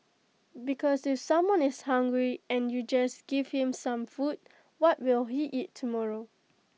because if someone is hungry and you just give him some food what will he eat tomorrow